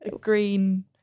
Green